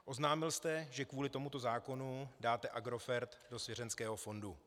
Oznámil jste, že kvůli tomuto zákonu dáte Agrofert do svěřeneckého fondu.